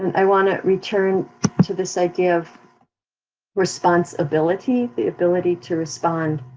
i wanna return to this idea of response-ability, the ability to respond.